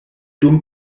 dum